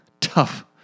tough